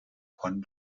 von